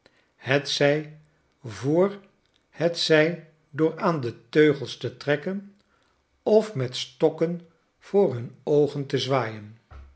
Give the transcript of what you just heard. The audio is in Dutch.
brengen hetzij door aan hun teugels te trekken of met stokken voor hun oogen te zwaaien